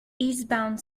eastbound